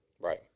Right